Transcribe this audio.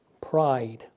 Pride